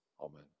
Amen